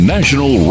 National